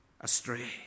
astray